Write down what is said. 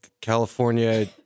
California